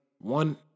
one